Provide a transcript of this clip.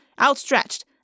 outstretched